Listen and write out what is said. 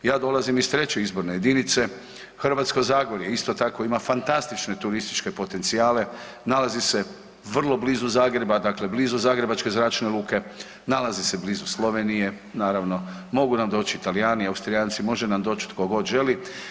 Ja dolazim iz 3. izborne jedinice Hrvatsko zagorje isto tako ima fantastične turističke potencijale, nalazi se vrlo blizu Zagreba, blizu Zagrebačke zračne luke, nalaze se blizu Slovenije naravno, mogu nam doći Talijani, Austrijanci može nam doć tko god želi.